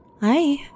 Hi